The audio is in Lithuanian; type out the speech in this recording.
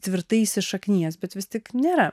tvirtai įsišaknijęs bet vis tik nėra